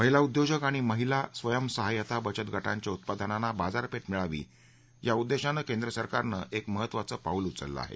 महिला उद्योजक आणि महिला स्वयंसहाय्यता बचतगटांच्या उत्पादनांना बाजारपेठ मिळावी या उद्देशानं केंद्रसरकारनं एक महत्त्वाचं पाऊल उचललं आहे